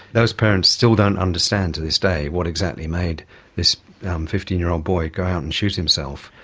those parents still don't understand to this day what exactly made this fifteen year old boy go out and shoot himself.